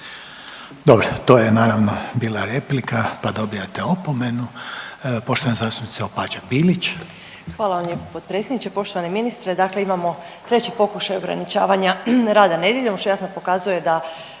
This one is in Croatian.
Dobro, to je naravno bila replika pa dobivate opomenu. Poštovana zastupnica Opačak Bilić.